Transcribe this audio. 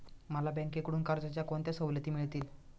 मला बँकेकडून कर्जाच्या कोणत्या सवलती मिळतील?